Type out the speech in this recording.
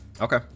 Okay